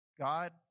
God